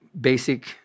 basic